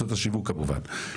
לגשת לשם, אבל אני עושה את זה.